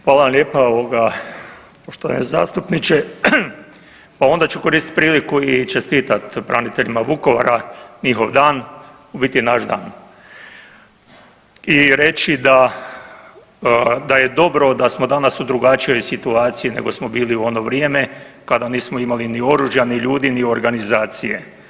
Hvala lijepa ovoga poštovani zastupniče pa onda ću koristit priliku i čestitat braniteljima Vukovara njihov dan, u biti naš dan i reći da, da je dobro da samo danas u drugačijoj situaciji nego smo bili u ono vrijeme kada nismo imali ni oružja, ni ljudi, ni organizacije.